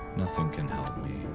nothing can help me.